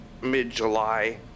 mid-July